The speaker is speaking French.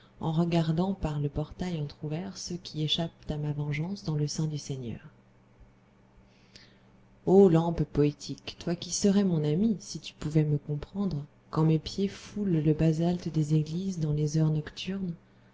en regardant par le portail entr'ouvert ceux qui échappent à ma vengeance dans le sein du seigneur o lampe poétique toi qui serais mon amie si tu pouvais me comprendre quand mes pieds foulent le basalte des églises dans les heures nocturnes